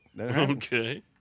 Okay